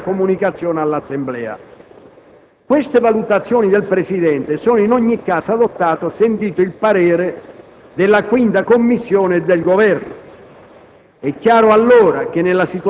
del disegno di legge finanziaria e ne dà comunicazione all'Assemblea. Queste valutazioni del Presidente sono in ogni caso adottate sentito il parere della 5a Commissione e del Governo.